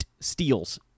steals